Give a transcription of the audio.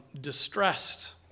distressed